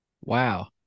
Wow